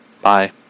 Bye